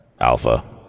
alpha